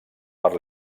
per